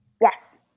Yes